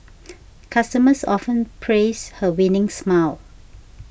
customers often praise her winning smile